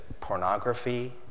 pornography